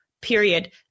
period